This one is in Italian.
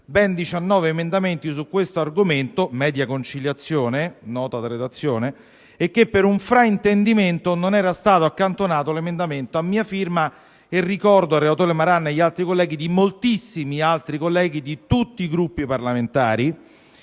ben 19 emendamenti su questo argomento - media conciliazione - e che per un fraintendimento non era stato accantonato l'emendamento a firma mia (e, ricordo al relatore Malan e agli altri colleghi, di moltissimi altri colleghi di tutti i Gruppi parlamentari)